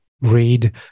read